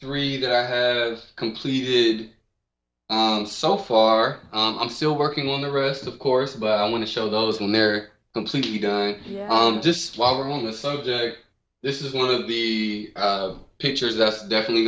three that i had completed so far i'm still working on the rest of course but i want to show those when they're completely done yeah just while we're on the subject this is one of the pictures that's definitely